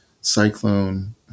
Cyclone